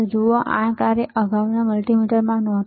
જુઓ આ કાર્ય અગાઉના મલ્ટિમીટરમાં નહોતું